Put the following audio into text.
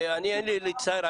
ואין לי אלא להצטער.